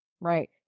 right